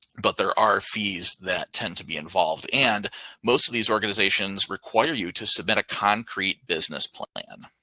but there are fees that tend to be involved. and most of these organizations require you to submit a concrete business plan.